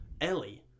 Ellie